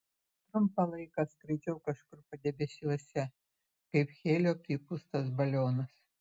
trumpą laiką skraidžiau kažkur padebesiuose kaip helio pripūstas balionas